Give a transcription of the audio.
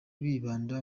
bibanda